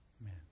Amen